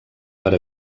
per